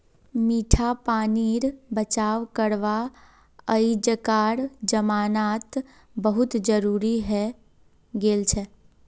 मीठा पानीर बचाव करवा अइजकार जमानात बहुत जरूरी हैं गेलछेक